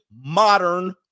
modern